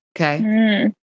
Okay